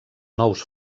nous